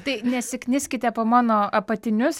tai nesikniskite po mano apatinius